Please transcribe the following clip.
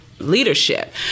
leadership